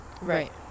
right